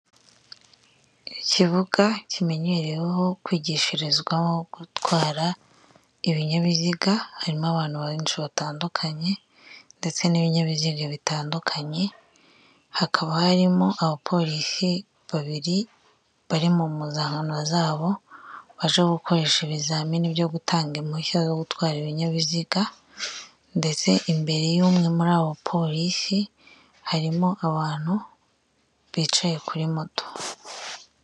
Ikibuga kimenyereweho kwigishirizwamo gutwara ibinyabiziga harimo abantu benshi batandukanye ndetse n'ibinyabiziga bitandukanye hakaba harimo abapolisi babiri bari mu mpuzankano zabo baje gukoresha ibizamini byo gutanga impushya zo gutwara ibinyabiziga ndetse imbere y'umwe muri abo bapolisi harimo abantu bicaye kuri moto.